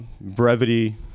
brevity